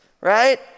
right